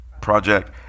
project